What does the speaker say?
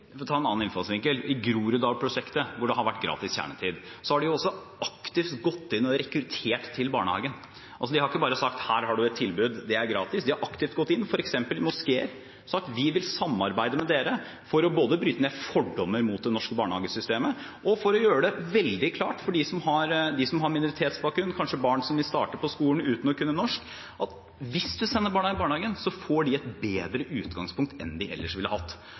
ta en annen innfallsvinkel: I Groruddalsprosjektet, hvor det har vært gratis kjernetid, har de aktivt rekruttert til barnehagen. De har ikke bare sagt: Her har du et tilbud, det er gratis. De har aktivt gått inn i f.eks. moskeer og sagt: Vi vil samarbeide med dere. Dette har de gjort både for å bryte ned fordommer mot det norske barnehagesystemet og for å gjøre det veldig klart for dem som har minoritetsbakgrunn – kanskje de har barn som starter på skolen uten å kunne norsk – at hvis de sender barna i barnehagen, får barna et bedre utgangspunkt enn de ellers ville hatt.